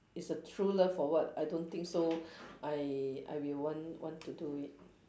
it's a true love or what I don't think so I I will want want to do it